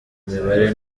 mibare